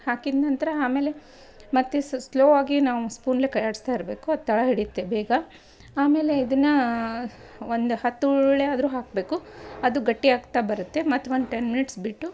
ಹಾಕಿದ ನಂತರ ಆಮೇಲೆ ಮತ್ತು ಸ್ಲೋ ಆಗಿ ನಾವು ಸ್ಪೂನಲ್ಲೆ ಕೈ ಆಡಿಸ್ತಾ ಇರಬೇಕು ಅದು ತಳ ಹಿಡಿಯುತ್ತೆ ಬೇಗ ಆಮೇಲೆ ಇದನ್ನು ಒಂದು ಹತ್ತು ಉಳ್ಳೆ ಆದರೂ ಹಾಕಬೇಕು ಅದು ಗಟ್ಟಿ ಆಗ್ತಾ ಬರುತ್ತೆ ಮತ್ತು ಒಂದು ಟೆನ್ ಮಿನಿಟ್ಸ್ ಬಿಟ್ಟು